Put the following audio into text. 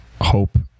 hope